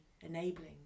enabling